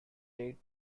eight